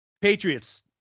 Patriots